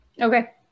Okay